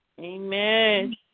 Amen